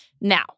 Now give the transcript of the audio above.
Now